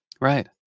Right